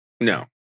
No